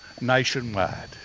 nationwide